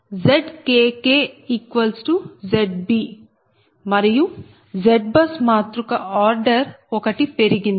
దాని అర్థం ZkkZb మరియు ZBUS మాతృక ఆర్డర్ order అమరిక ఒకటి పెరిగింది